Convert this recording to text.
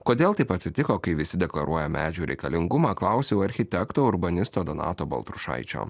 kodėl taip atsitiko kai visi deklaruoja medžių reikalingumą klausiau architekto urbanisto donato baltrušaičio